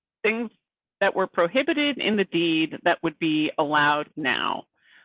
things that were prohibited in the deed that would be allowed now.